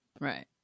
Right